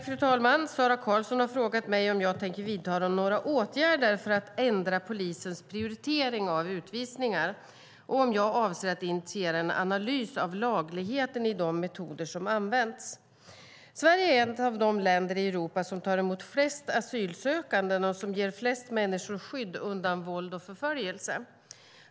Fru talman! Sara Karlsson har frågat mig om jag tänker vidta några åtgärder för att ändra polisens prioritering av utvisningar och om jag avser att initiera en analys av lagligheten i de metoder som används. Sverige är ett av de länder i Europa som tar emot flest asylsökande och som ger flest människor skydd undan våld och förföljelse.